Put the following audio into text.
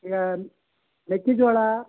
ಈಗ ಮೆಕ್ಕೆಜೋಳ